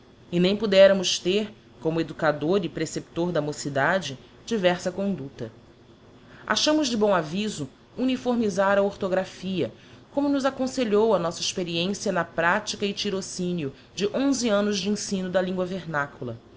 e nem pudéramos ter como educador e preceptor da mocidade diversa conducta digiti zedby google achámos de bom aviso uniformizar a orthographia como nos aconselhou a nossa experiência na pratica e tirocinio de onze annos de ensino da lingua vernácula